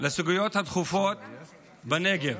לסוגיות הדחופות בנגב,